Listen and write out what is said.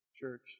Church